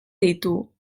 ditu